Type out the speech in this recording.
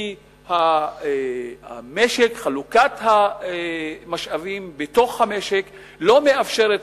כי חלוקת המשאבים בתוך המשק לא מאפשרת